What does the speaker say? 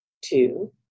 two